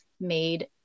made